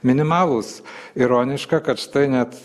minimalūs ironiška kad štai net